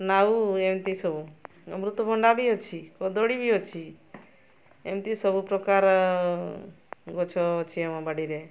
ନା ଏମିତି ସବୁ ଅମୃତଭଣ୍ଡା ବି ଅଛି କଦଳୀ ବି ଅଛି ଏମିତି ସବୁ ପ୍ରକାର ଗଛ ଅଛି ଆମ ବାଡ଼ିରେ